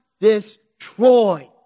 destroyed